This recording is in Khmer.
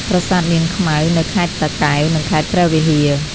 ប្រាសាទនាងខ្មៅ នៅខេត្តតាកែវ និង ខេត្តព្រះវិហារ។